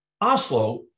Oslo